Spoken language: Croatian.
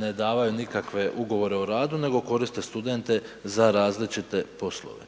ne davaju nikakve ugovore o radu nego koriste studente za različite poslove.